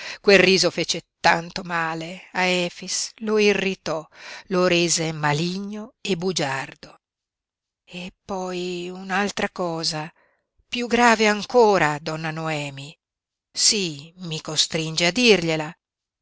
quel riso fece tanto male a efix lo irritò lo rese maligno e bugiardo eppoi un'altra cosa piú grave ancora donna noemi sí mi costringe a dirgliela